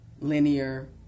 linear